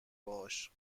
باهاش